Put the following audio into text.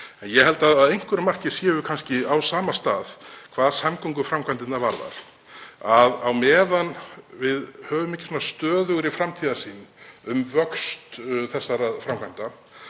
Ég held að að einhverju marki séum við kannski á sama stað hvað samgönguframkvæmdirnar varðar. Á meðan við höfum ekki stöðugri framtíðarsýn um vöxt þessara framkvæmda